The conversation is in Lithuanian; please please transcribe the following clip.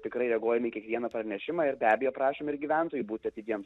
tikrai reaguojam į kiekvieną pernešimą ir be abejo prašome gyventojų būti atidiems